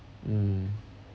mm